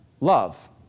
love